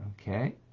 Okay